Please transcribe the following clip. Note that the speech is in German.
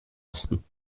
kosten